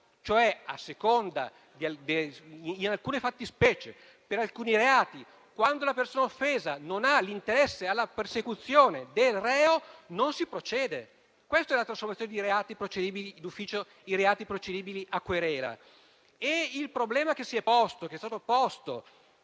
concreto: in alcune fattispecie, per alcuni reati, quando la persona offesa non ha l'interesse alla persecuzione del reo non si procede. Questa è la trasformazione di reati procedibili d'ufficio in reati procedibili a querela. Il problema che è stato posto,